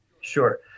sure